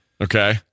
Okay